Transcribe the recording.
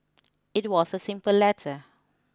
it was a simple letter